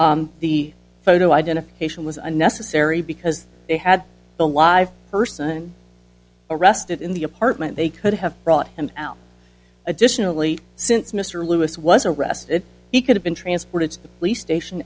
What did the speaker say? up the photo identification was unnecessary because they had the live person arrested in the apartment they could have brought him out additionally since mr lewis was arrested he could have been transported to the police station